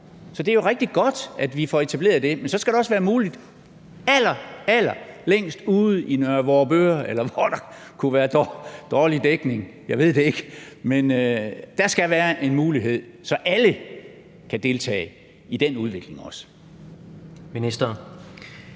Det er rigtig godt, at vi får etableret det, men så skal det også være muligt allerallerlængst derude i Nørre Vorupør, eller hvor der kunne være dårlig dækning – jeg ved det ikke. Men der skal være en mulighed, så alle også kan deltage i den udvikling. Kl.